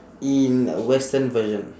in western version